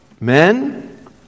Men